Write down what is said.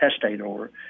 testator